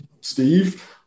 Steve